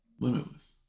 Limitless